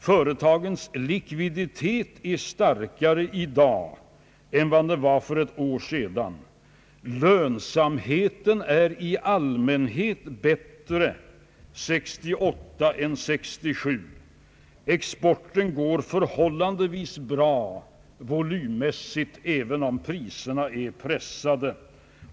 Företagens likviditet är starkare i dag än för ett år sedan. Lönsamheten är i allmänhet bättre 1968 än under år 1967. Exporten går förhållandevis bra volymmässigt, även om priserna är pressade.